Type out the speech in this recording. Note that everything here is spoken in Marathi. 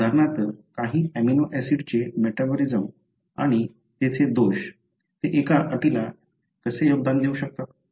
उदाहरणार्थ काही अमीनो ऍसिडचे मेटाबोलिसम आणि तेथे दोष ते एका अटीला कसे योगदान देऊ शकतात